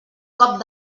cop